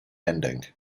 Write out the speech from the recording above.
ending